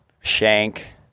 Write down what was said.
shank